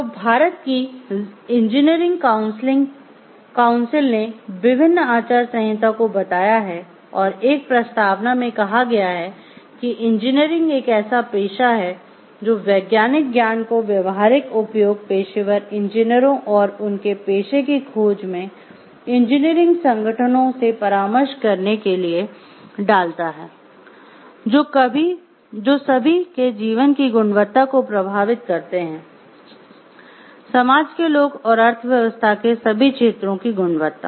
तो भारत की इंजीनियरिंग काउंसिल ने विभिन्न आचार संहिता को बताया है और एक प्रस्तावना में कहा गया है कि इंजीनियरिंग एक ऐसा पेशा है जो वैज्ञानिक ज्ञान को व्यावहारिक उपयोग पेशेवर इंजीनियरों और उनके पेशे की खोज में इंजीनियरिंग संगठनों से परामर्श करने के लिए डालता है जो सभी के जीवन की गुणवत्ता को प्रभावित करते हैं समाज के लोग और अर्थव्यवस्था के सभी क्षेत्रों की गुणवत्ता